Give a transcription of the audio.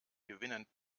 gewinnen